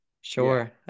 Sure